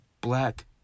black